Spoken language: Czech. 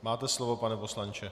Máte slovo, pane poslanče.